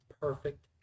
perfect